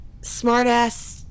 smartass